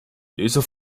dieser